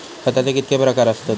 खताचे कितके प्रकार असतत?